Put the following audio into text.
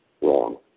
Wrong